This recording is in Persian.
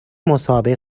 مصاحبه